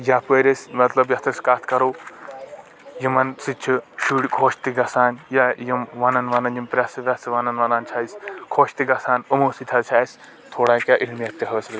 یپأرۍ أسۍ مطلب یتھ أسۍ کتھ کرو یِمن سۭتۍ چھ شُرۍ خۄش تہِ گژھان یا یِم ونان ونان یِم پرٮ۪ژھہٕ وٮ۪ژھہٕ ونان ونان چھ أسۍ خۄش تہِ گژھان یِمو سۭتۍ چھ اَسہِ تھوڑا کیٚنٛہہ اہمیت تہِ حأصِل